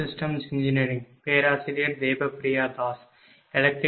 சரி